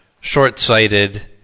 short-sighted